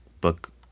book